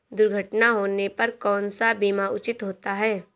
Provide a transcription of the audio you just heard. दुर्घटना होने पर कौन सा बीमा उचित होता है?